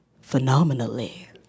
phenomenally